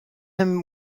him